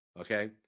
okay